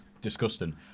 Disgusting